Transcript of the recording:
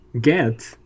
get